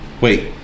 Wait